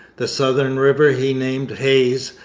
the southern river he named hayes,